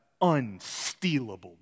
unstealable